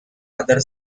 other